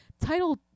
title